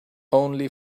only